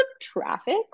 traffic